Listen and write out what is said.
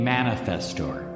Manifestor